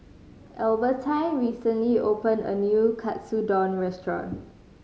Albertine recently opened a new Katsudon Restaurant